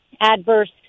adverse